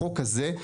בחוק הזה,